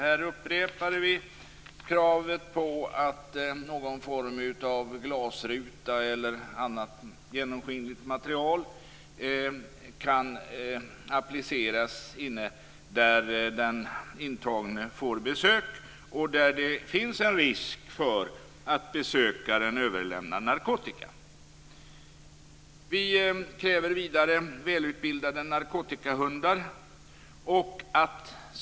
Har upprepar vi kravet på någon form av glasruta eller annat genomskinligt material som kan appliceras där den intagne får besök och det finns en risk för att besökaren överlämnar narkotika. Vidare kräver vi välutbildade narkotikahundar.